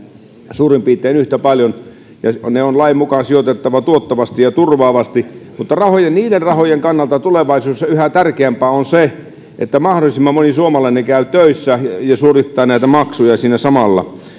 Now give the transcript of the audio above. suurin piirtein yhtä paljon ja ne on lain mukaan sijoitettava tuottavasti ja turvaavasti mutta niiden rahojen kannalta tulevaisuudessa yhä tärkeämpää on se että mahdollisimman moni suomalainen käy töissä ja suorittaa näitä maksuja siinä samalla